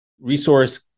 resource